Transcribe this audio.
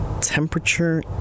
temperature